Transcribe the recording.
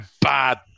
bad